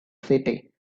city